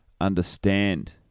understand